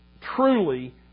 truly